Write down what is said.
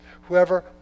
Whoever